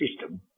system